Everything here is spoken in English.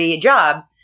job